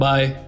Bye